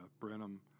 Brenham